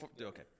Okay